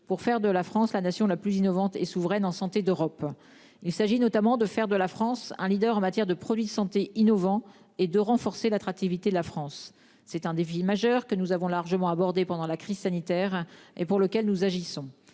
pour faire de la France, la nation la plus innovante et souveraine en santé d'Europe. Il s'agit notamment de faire de la France un leader en matière de produits de santé innovants et de renforcer l'attractivité de la France. C'est un défi majeur que nous avons largement abordé pendant la crise sanitaire, et pour lequel nous agissons.